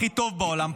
הכי טוב בעולם,